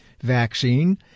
vaccine